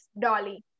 Dolly